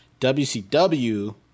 WCW